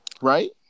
Right